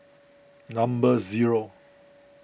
number zero